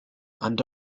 and